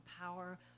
power